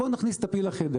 בואו נכניס את הפיל לחדר